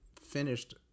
finished